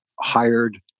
hired